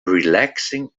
relaxing